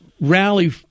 rally